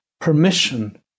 permission